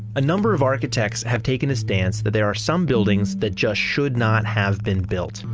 a number of architects have taken a stance that there are some buildings that just should not have been built.